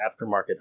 aftermarket